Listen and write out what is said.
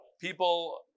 people